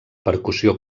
percussió